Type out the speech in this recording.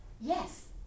Yes